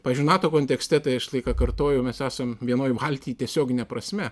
pavyzdžiui nato kontekste tai aš visą laiką kartoju mes esam vienoj valty tiesiogine prasme